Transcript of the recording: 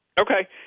okay